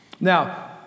Now